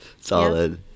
Solid